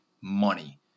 money